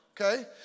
Okay